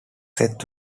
seth